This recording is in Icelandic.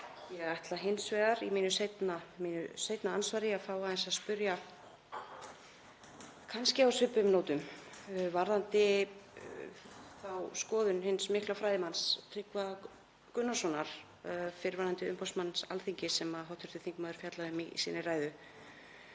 Ég ætla hins vegar í mínu seinna andsvari að fá aðeins að spyrja á svipuðum nótum varðandi þá skoðun hins mikla fræðimanns, Tryggva Gunnarssonar, fyrrverandi umboðsmanns Alþingis, sem hv. þingmaður fjallaði um í sinni ræðu.